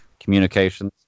communications